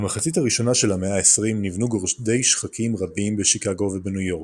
במחצית הראשונה של המאה ה-20 נבנו גורדי שחקים רבים בשיקגו ובניו יורק.